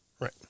Right